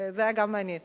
גם זה היה מעניין.